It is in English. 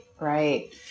right